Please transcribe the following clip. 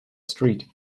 street